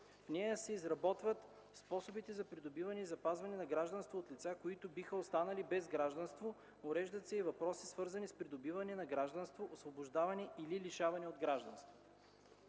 В нея се изброяват способите за придобиване и запазване на гражданство от лица, които биха останали без гражданство. Уреждат се и въпроси, свързани с придобиване на гражданство, освобождаване или лишаване от гражданство.